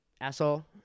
asshole